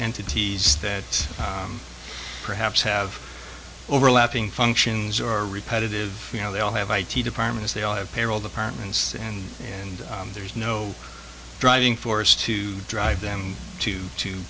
entities that perhaps have overlapping functions or repetitive you know they all have i t department they all have payroll the parents and and there's no driving force to drive them to to